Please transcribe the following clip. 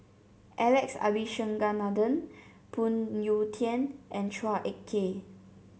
Alex Abisheganaden Phoon Yew Tien and Chua Ek Kay